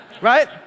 Right